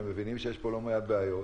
הם מבינים שיש פה לא מעט בעיות.